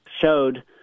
showed